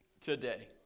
today